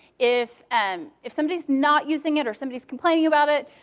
if and if somebody is not using it or somebody is complaining about it,